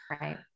Right